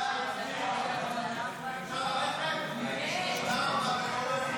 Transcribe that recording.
העיסוק בעבודה במערכת קירור או מיזוג אוויר,